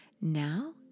Now